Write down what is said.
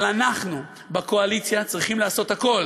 אבל אנחנו בקואליציה צריכים לעשות הכול